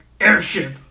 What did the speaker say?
airship